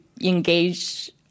engage